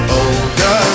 older